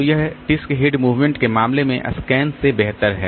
तो यह disk head movement के मामले में SCAN से बेहतर है